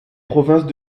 provinces